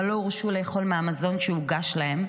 אבל לא הורשו לאכול מהמזון שהוגש להם.